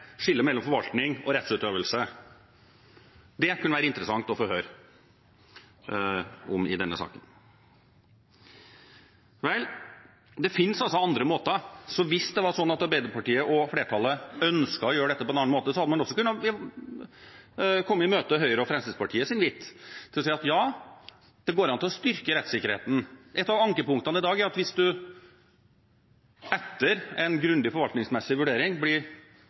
skillet mellom forvaltning og rettsutøvelse? Det kunne det vært interessant å få høre om i denne saken. Det finnes andre måter, så hvis Arbeiderpartiet og resten av flertallet ønsker å gjøre dette på en annen måte, hadde man også kunnet komme Høyre og Fremskrittspartiets invitt i møte og si: Ja, det går an å styrke rettssikkerheten. Et av ankepunktene i dag er at hvis man etter en grundig forvaltningsmessig vurdering